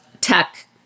tech